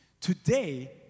Today